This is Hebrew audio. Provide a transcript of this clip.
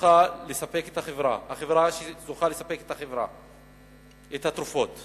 שזוכה לספק את התרופות?